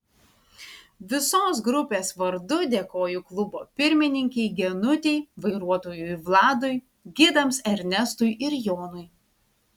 visos grupės vardu dėkoju klubo pirmininkei genutei vairuotojui vladui gidams ernestui ir jonui